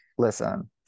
listen